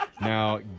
Now